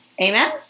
Amen